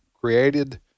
created